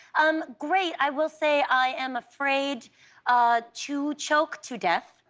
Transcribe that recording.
um great, i will say i am afraid ah to choke to death